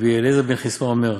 "רבי אליעזר בן חסמא אומר: